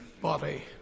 body